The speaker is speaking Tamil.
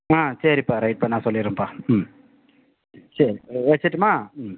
ஆ சரிப்பா ரைட்ப்பா நான் சொல்லிடுறேன்ப்பா ம் சரி வச்சிடட்டுமா ம்